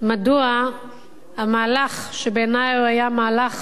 מדוע המהלך, שבעיני הוא מהלך